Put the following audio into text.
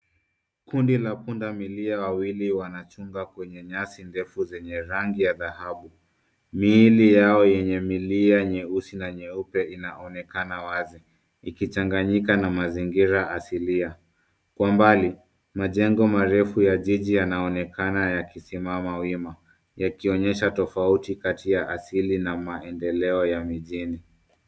Kundi wa punda milia wawili wanachunga kwenye nyasi ndefu zenye rangi ya dhahabu. Miili yao yenye milia nyeusi na nyeupe inaonekana wazi ikichanganyika na mazingira asilia. Kwa mbali, majengo marefu ya jiji yanaonekana yakisimama wima yakionyesha tofauti kati ya asili na maendeleo ya mijini.